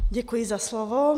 Děkuji za slovo.